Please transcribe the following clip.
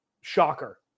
shocker